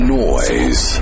noise